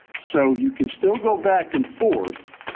so you can still go back and forth.